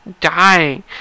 dying